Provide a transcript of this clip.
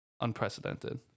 Unprecedented